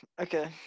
Okay